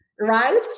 right